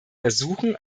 ersuchen